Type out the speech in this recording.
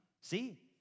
See